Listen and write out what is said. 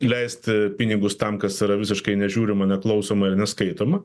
leisti pinigus tam kas yra visiškai nežiūrima neklausoma ir neskaitoma